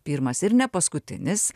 pirmas ir ne paskutinis